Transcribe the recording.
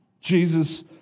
Jesus